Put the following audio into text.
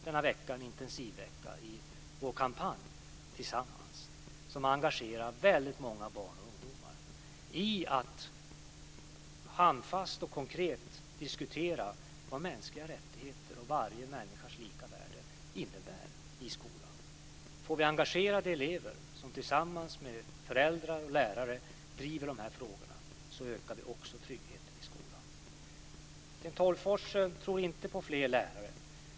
Denna vecka är en intensivvecka i vår kampanj "Tillsammans". Kampanjen engagerar många barn och ungdomar i att handfast och konkret diskutera vad mänskliga rättigheter är och vad varje människas lika värde innebär i skolan. Får vi engagerade elever som tillsammans med föräldrar och lärare driver dessa frågor ökar vi också tryggheten i skolan. Sten Tolgfors tror inte på flera lärare.